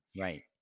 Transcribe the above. Right